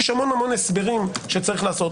יש המון הסברים שצריך לעשות.